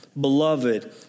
Beloved